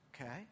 okay